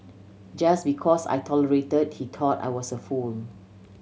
just because I tolerate he thought I was a fool